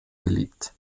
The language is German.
beliebt